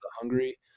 hungry